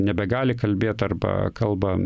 nebegali kalbėt arba kalba